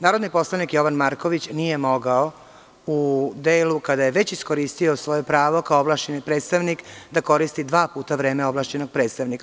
Narodni poslanik Jovan Marković nije mogao u delu kada je već iskoristio svoje pravo kao ovlašćeni predstavnik da koristi dva puta vreme ovlašćenog predstavnika.